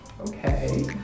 okay